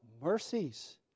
Mercies